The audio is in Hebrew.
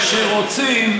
כשרוצים,